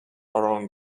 around